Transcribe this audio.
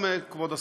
שלום, כבוד השר.